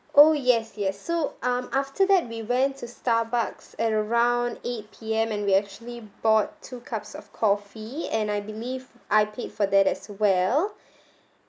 oh yes yes so um after that we went to Starbucks at around eight P_M and we actually bought two cups of coffee and I believe I paid for that as well